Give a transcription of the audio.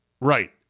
Right